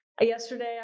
Yesterday